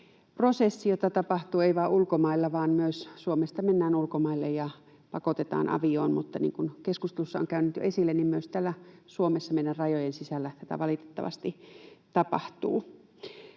prosessi, jota ei tapahdu vain ulkomailla, vaan myös Suomesta mennään ulkomaille ja pakotetaan avioon, ja niin kuin keskustelussa on käynyt jo esille, myös täällä Suomessa meidän rajojen sisällä tätä valitettavasti tapahtuu.